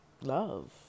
love